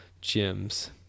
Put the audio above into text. gems